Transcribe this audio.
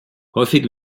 häufig